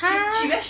!huh!